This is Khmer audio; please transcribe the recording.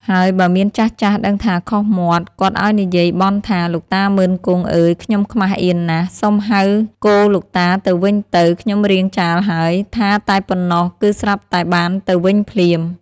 ហើយបើមានចាស់ៗដឹងថាខុសមាត់ គាត់ឲ្យនិយាយបន់ថា ‍‍«លោកតា មុឺន-គង់ អើយ ខ្ញុំខ្មាសអៀនណាស់ សុំហៅគោលោកតាទៅវិញទៅ ខ្ញុំរាងចាលហើយ‍‍‍» ថាតែប៉ុណ្ណោះ គឺស្រាប់តែបានទៅវិញភ្លាម។